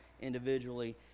individually